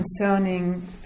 concerning